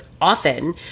often